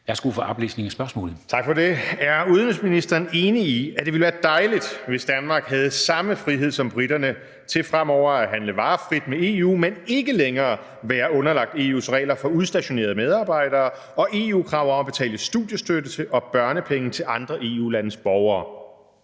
af: Morten Messerschmidt (DF): Er udenrigsministeren enig i, at det ville være dejligt, hvis Danmark havde samme frihed som briterne til fremover at handle varer frit med EU, men ikke længere være underlagt EU’s regler for udstationerede medarbejdere og EU-krav om at betale studiestøtte og børnepenge til andre EU-landes borgere?